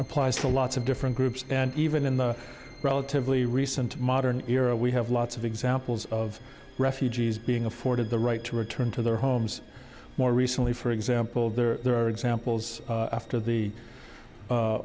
applies to lots of different groups and even in the relatively recent modern era we have lots of examples of refugees being afforded the right to return to their homes more recently for example there are examples after the